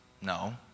No